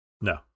No